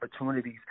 opportunities